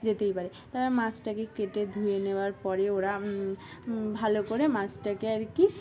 যেতেই পারে তারপর মাছটাকে কেটে ধুয়ে নেওয়ার পরে ওরা ভালো করে মাছটাকে আর কি